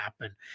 happen